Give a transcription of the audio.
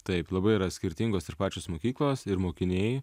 taip labai yra skirtingos ir pačios mokyklos ir mokiniai